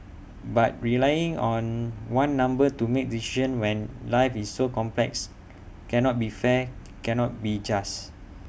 but relying on one number to make decisions when life is so complex cannot be fair cannot be just